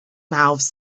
mouths